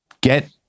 get